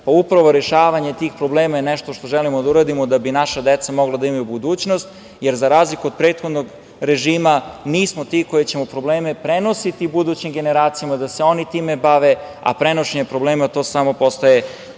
upravo rešavanje tih problema je nešto što želimo da uradimo da bi naša deca mogla da imaju budućnost, jer za razliku od prethodnog režima, mi smo ti koji ćemo probleme prenositi budućim generacijama da se oni time bave, a prenošenjem problema, a to se samo postaje